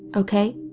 okay?